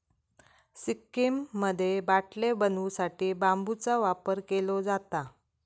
सिक्कीममध्ये बाटले बनवू साठी बांबूचा वापर केलो जाता